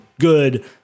good